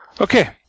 okay